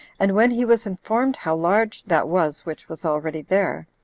and when he was informed how large that was which was already there,